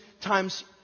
times